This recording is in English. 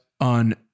on